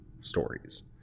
stories